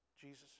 Jesus